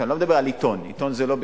ואני לא מדבר על עיתון, עיתון זה לא בסמכותי,